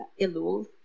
Elul